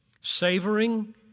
Savoring